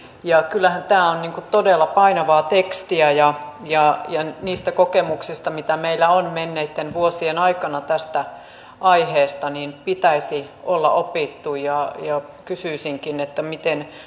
kyllähän tämä on todella painavaa tekstiä ja ja niistä kokemuksista mitä meillä on menneitten vuosien aikana tästä aiheesta pitäisi olla opittu kysyisinkin miten